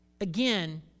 Again